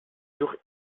jour